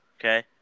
Okay